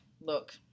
look